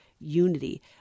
Unity